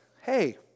hey